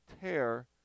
tear